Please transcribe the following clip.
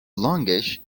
longish